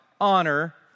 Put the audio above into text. Honor